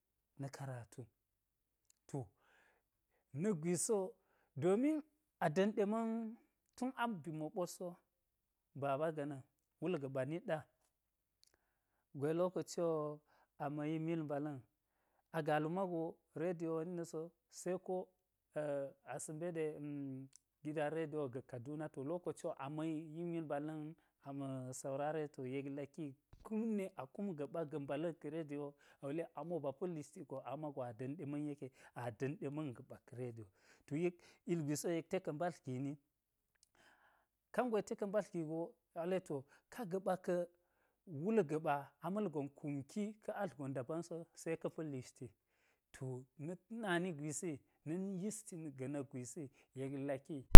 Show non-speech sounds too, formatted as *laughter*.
Na̱ karatu, to nak gwisi wo domin ada̱m ɗe tun aba ma̱ ɓotl so baba ga̱na̱n, wul gaɓa nit ɗa gwe lokaciwo, ama̱ yi mil mbala̱n agalu mago redio niɗa̱ so, seko *hesitation* asa̱ mbe ɗe a̱m gidan redio ga̱ kaduna, to lokaciwo ama̱ yimil mbala̱n, ama̱ saurare, to yek laki kumne a kum gaɓa ga̱ mbala̱n ka̱ redio a wule amo ba pa̱l lishti go amago da̱m ɗe ma̱n yeke, adam ɗe ma̱n ga̱ɓa ka̱ redio to yek ilgwisi yek to ka̱ mbaldle gini, kangwe te ka̱ mbadl gi go awule to ka gaɓa ka̱ wul gaɓa ama̱lgon kumki, ka̱ atl gon dabam so, seka̱ pa̱l lishti to na̱ tunani gwisi na̱ yisti ga̱ na̱kgwisi yek laki